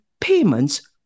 payments